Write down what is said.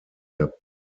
der